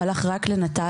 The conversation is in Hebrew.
הוא הולך רק לנטל.